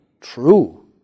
true